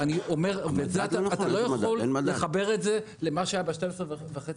אתה לא יכול לחבר את זה למה שהיה ב-12 שנה וחצי.